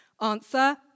Answer